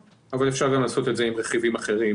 ואפשר גם לעשות את זה עם רכיבים אחרים